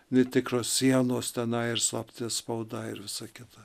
netikros sienos tenai ir slapta spauda ir visa kita